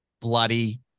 bloody